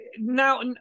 now